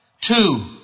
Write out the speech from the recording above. Two